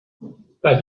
but